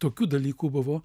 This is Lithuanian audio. tokių dalykų buvo